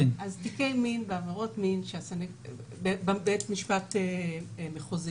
אז בתיקי מין ועבירות מין בבית משפט מחוזי,